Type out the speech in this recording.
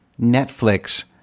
Netflix